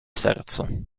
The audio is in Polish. sercu